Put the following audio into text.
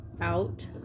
out